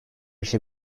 işe